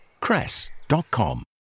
Cress.com